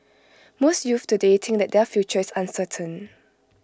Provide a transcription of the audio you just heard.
most youths today think that their future is uncertain